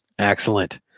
Excellent